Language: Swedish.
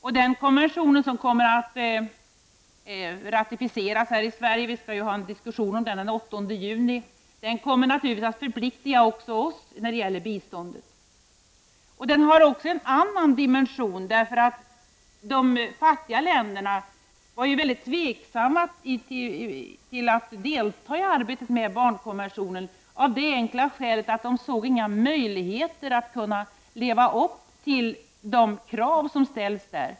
Den här konventionen, som kommer att ratificeras här i Sverige — vi skall ju ha en diskussion den 8 juni om denna — kommer naturligtvis att göra oss förpliktade till insatser när det gäller biståndet. Men den har också en annan dimension. De fattiga länderna var nämligen väldigt tveksamma till ett deltagande i arbetet med barnkonventionen av det enkla skälet att man inte såg några möjligheter att leva upp till de krav som där ställs.